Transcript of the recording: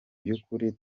by’ukuri